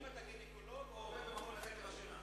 אתה גינקולוג או מומחה לחקר השינה?